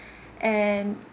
and